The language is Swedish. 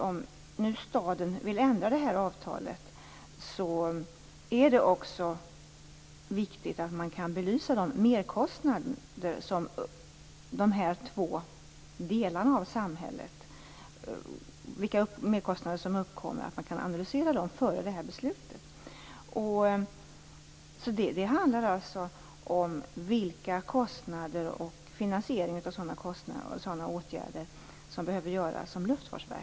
Om staden nu vill ändra avtalet är det också viktigt att belysa de merkostnader som uppkommer för de här två delarna av samhället och analysera dem före beslutet. Det tycker jag är rimligt. Det handlar alltså om vilka kostnader som uppstår, finansieringen av sådana kostnader och vilka åtgärder som Luftfartsverket behöver vidta.